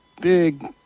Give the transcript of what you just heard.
big